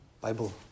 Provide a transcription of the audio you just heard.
Bible